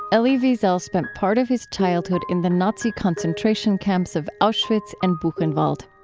elie wiesel spent part of his childhood in the nazi concentration camps of auschwitz and buchenwald.